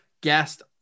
guest